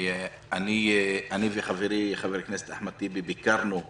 אני וחברי, חבר הכנסת אחמד טיבי, ביקרנו באוהל,